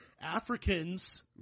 Africans